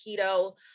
keto